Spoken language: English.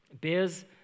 bears